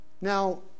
Now